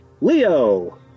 Leo